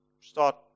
start